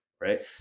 right